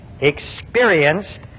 experienced